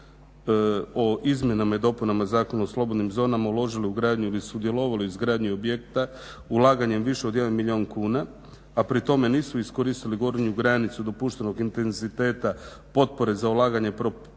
o izmjenama i dopuna Zakona o slobodnim zonama uložili u gradnju i sudjelovali u izgradnji objekta ulaganjem više od 1 milijun kuna, a pri tome nisu iskoristili gornju granicu dopuštenog intenziteta potpore za ulaganje propisane